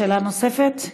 שאלה נוספת?